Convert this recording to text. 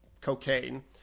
cocaine